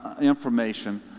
information